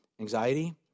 anxiety